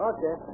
Okay